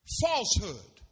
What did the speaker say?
Falsehood